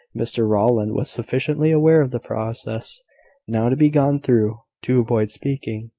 mr rowland was sufficiently aware of the process now to be gone through, to avoid speaking,